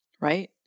right